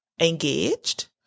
engaged